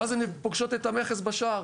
ואז הוא פוגש את המכס בשער.